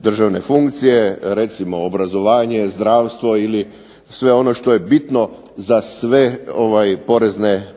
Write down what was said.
državne funkcije, recimo obrazovanje, zdravstvo ili sve ono što je bitno za sve